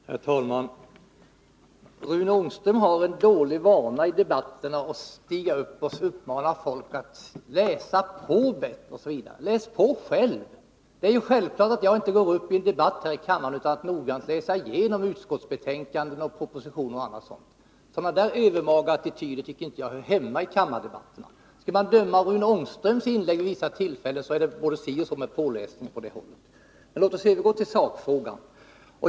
Herr talman! Rune Ångström har en dålig vana i debatterna. Han uppmanar oss att läsa på bättre. Läs på själv! Det är självklart att jag inte går uppi en debatt i kammaren utan att noggrant ha läst igenom utskottsbetänkanden, propositioner och annat sådant. Sådana övermaga attityder hör inte hemma i kammardebatterna. Att döma av Rune Ångströms inlägg vid vissa tillfällen är det både si och så med påläsningen på det hållet. Men låt mig övergå till sakfrågan.